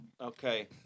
Okay